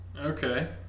okay